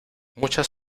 muchas